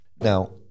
Now